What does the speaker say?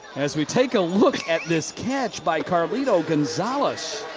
as we take a look at this catch by carlito gonzalez.